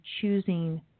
choosing